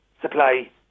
supply